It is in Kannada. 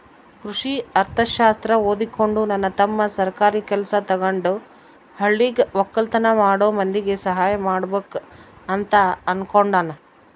ಕೃಷಿ ಅರ್ಥಶಾಸ್ತ್ರ ಓದಿಕೊಂಡು ನನ್ನ ತಮ್ಮ ಸರ್ಕಾರಿ ಕೆಲ್ಸ ತಗಂಡು ಹಳ್ಳಿಗ ವಕ್ಕಲತನ ಮಾಡೋ ಮಂದಿಗೆ ಸಹಾಯ ಮಾಡಬಕು ಅಂತ ಅನ್ನುಕೊಂಡನ